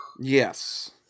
yes